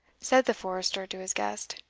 said the forester to his guest.